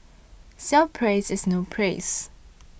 self praise is no praise